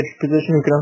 position